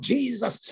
Jesus